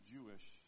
Jewish